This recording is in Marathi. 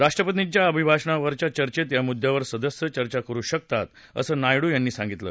राष्ट्रपतींच्या अभिभाषणावरच्या चयेंत या मुद्दयावर सदस्य चर्चा करु शकतात असं नायडू यांनी सांगितलं